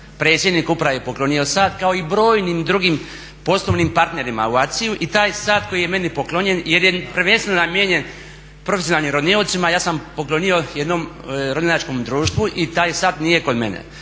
predsjednik Uprave poklonio sat kao i brojnim drugim poslovnim partnerima u ACI-ju i taj sat koji je meni poklonjen jer je prvenstveno namijenjen profesionalnim roniocima ja sam poklonio jednom ronilačkom društvu i taj sat nije kod mene.